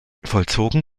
vollzogen